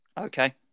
Okay